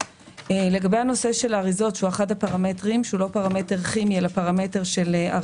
לגבי האריזות, שהוא לא פרמטר כימי אלא של אריזה